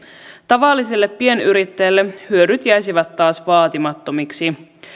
tavalliselle pienyrittäjälle hyödyt jäisivät taas vaatimattomiksi